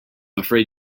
afraid